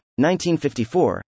1954